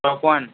top one